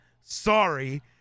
Sorry